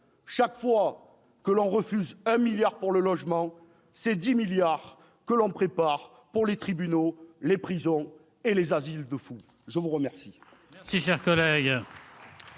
Chaque fois que l'on refuse 1 milliard pour le logement, c'est 10 milliards que l'on prépare pour les tribunaux, les prisons et les asiles de fous. » La parole